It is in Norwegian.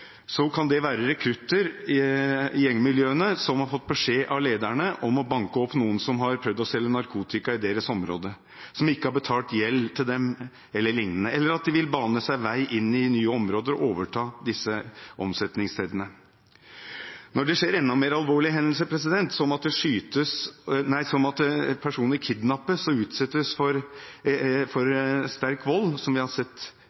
kan det være rekrutter i gjengmiljøene som har fått beskjed av lederne om å banke opp noen som har prøvd å selge narkotika i deres område, som ikke har betalt gjeld til dem e.l., eller at de vil bane seg vei inn i nye områder og overta disse omsetningsstedene. Når det skjer enda mer alvorlige hendelser som at personer kidnappes og utsettes for sterk vold, som vi har sett